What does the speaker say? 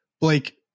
Blake